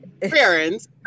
parents